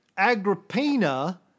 Agrippina